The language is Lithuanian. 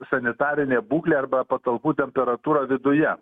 sanitarinė būklė arba patalpų temperatūra viduje